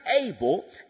able